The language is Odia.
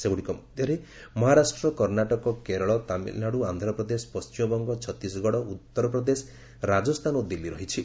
ସେଗୁଡ଼ିକ ମଧ୍ୟରେ ମହାରାଷ୍ଟ୍ର କର୍ଣ୍ଣାଟକ କେରଳ ତାମିଲନାଡୁ ଆନ୍ଧ୍ରପ୍ରଦେଶ ପଶ୍ଚିମବଙ୍ଗ ଛତିଶଗଡ଼ ଉତ୍ତରପ୍ରଦେଶ ରାଜସ୍ଥାନ ଓ ଦିଲ୍ଲୀ ରହିଛି